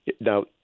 now